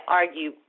argue